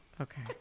okay